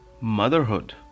Motherhood